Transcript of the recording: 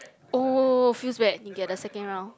oh feels bad you get the second round